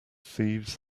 thieves